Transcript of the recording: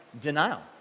denial